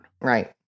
Right